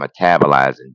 metabolizing